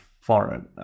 foreign